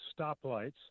stoplights